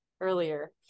earlier